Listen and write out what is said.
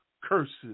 curses